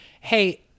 Hey